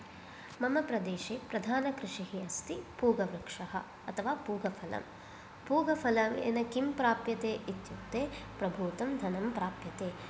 मम प्रदेशे प्रधानकृषिः अस्ति पूगवृक्षः अथवा पूगफलम् पूगफलेन किं प्राप्यते इत्युक्ते प्रभूतं धनं प्राप्यते